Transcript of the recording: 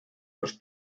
los